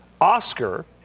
Oscar